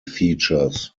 features